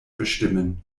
bestimmen